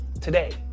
today